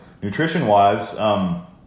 Nutrition-wise